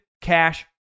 Cash